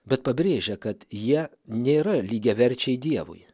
bet pabrėžia kad jie nėra lygiaverčiai dievui